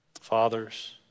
Fathers